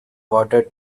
water